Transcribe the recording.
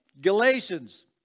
Galatians